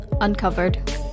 Uncovered